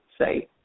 say